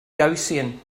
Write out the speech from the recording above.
gaussian